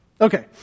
Okay